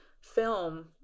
film